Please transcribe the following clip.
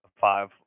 five